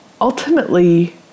ultimately